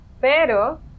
Pero